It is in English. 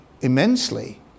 immensely